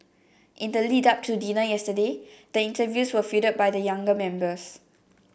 in the lead up to dinner yesterday the interviews were fielded by the younger members